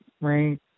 Right